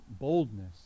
boldness